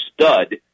stud